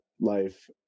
life